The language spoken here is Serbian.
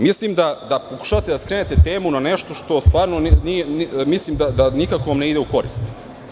Mislim da pokušavate da skrenete temu na nešto što vam nikako ne ide u korist.